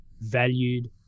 valued